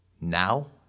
now